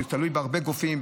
זה תלוי בהרבה גופים,